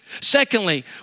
Secondly